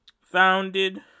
founded